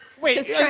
wait